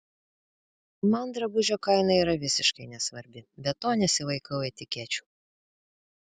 man drabužio kaina yra visiškai nesvarbi be to nesivaikau etikečių